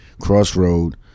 crossroad